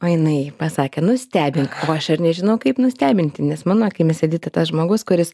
o jinai pasakė nustebink aš ir nežinau kaip nustebinti nes mano akimis edita tas žmogus kuris